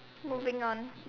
moving on